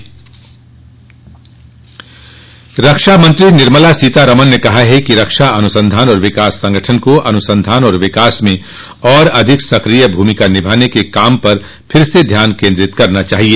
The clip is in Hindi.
रक्षामंत्री निर्मला सीतारामन ने कहा है कि रक्षा अनुसंधान और विकास संगठन को अनुसंधान और विकास में और अधिक सक्रिय भूमिका निभाने के कार्य पर फिर से ध्यान केन्द्रित करना चाहिए